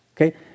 Okay